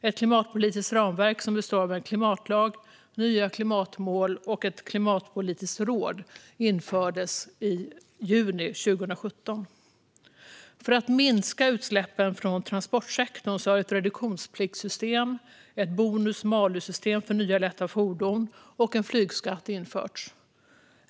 Ett klimatpolitiskt ramverk som består av en klimatlag, nya klimatmål och ett klimatpolitiskt råd infördes i juni 2017. För att minska utsläppen från transportsektorn har ett reduktionspliktssystem, ett bonus-malus-system för nya lätta fordon och en flygskatt införts.